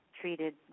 treated